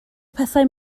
pethau